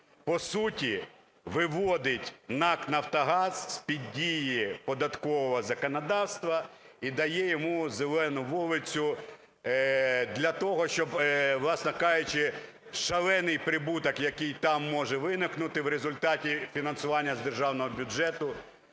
по суті виводить НАК "Нафтогаз" з-під дії податкового законодавства і дає йому "зелену" вулицю для того, щоб, власне кажучи, шалений прибуток, який там може виникнути в результаті фінансування з державного бюджету,